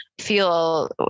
feel